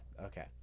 Okay